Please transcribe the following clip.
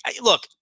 Look